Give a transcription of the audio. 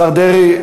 השר דרעי,